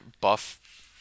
buff